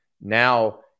now